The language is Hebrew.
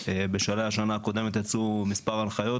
בשלהי השנה הקודמת יצאו מספר הנחיות